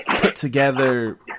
put-together